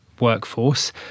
workforce